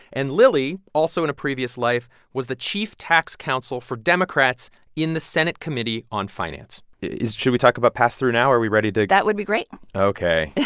and lily, also in a previous life, was the chief tax counsel for democrats in the senate committee on finance. should we talk about pass-through now? are we ready to. that would be great ok